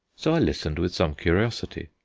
so i listened with some curiosity.